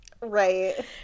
Right